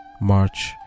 March